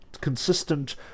consistent